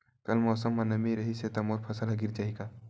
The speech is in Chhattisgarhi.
कल मौसम म नमी रहिस हे त मोर फसल ह गिर जाही का?